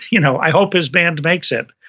you know i hope his band makes it,